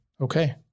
Okay